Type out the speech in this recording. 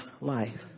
life